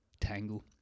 Tangle